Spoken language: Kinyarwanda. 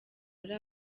muri